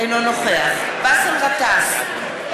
אינו נוכח באסל גטאס,